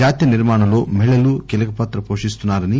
జాతి నిర్మాణంలో మహిళలు కీలకపాత్ర పోషిస్తున్నా రని